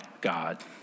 God